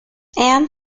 and